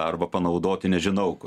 arba panaudoti nežinau